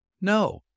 No